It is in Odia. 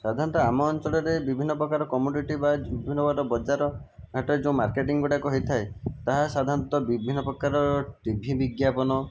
ସାଧାରଣତଃ ଆମ ଅଞ୍ଚଳରେ ବିଭିନ୍ନ ପ୍ରକାର କମୋଡ଼ିଟି ବା ବିଭିନ୍ନ ପ୍ରକାର ବଜାର ହାଟରେ ଯେଉଁ ମାର୍କେଟିଂ ଗୁଡ଼ାକ ହୋଇଥାଏ ତାହା ସାଧାରଣତଃ ବିଭିନ୍ନ ପ୍ରକାର ଟିଭି ବିଜ୍ଞାପନ